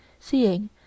seeing